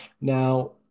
Now